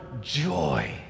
joy